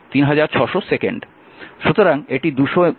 সুতরাং এটি 200 2